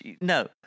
no